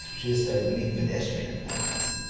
which is, i believe, pedestrian, nowadays.